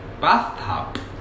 bathtub